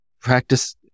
practice